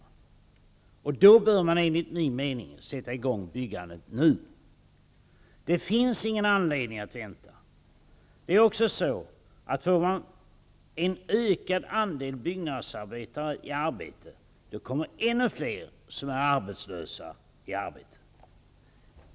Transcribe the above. Därför bör byggandet enligt min mening sättas i gång nu. Det finns ingen anledning att vänta. Om vi får ett ökat antal byggnadsarbetare i arbete, kommer ännu fler som är arbetslösa i arbete.